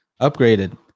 upgraded